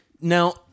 Now